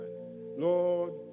Lord